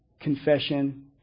confession